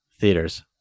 theaters